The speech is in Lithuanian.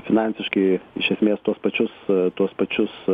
finansiškai iš esmės tuos pačius tuos pačius